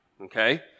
okay